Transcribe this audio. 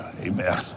Amen